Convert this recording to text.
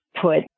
put